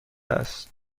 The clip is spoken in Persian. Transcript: است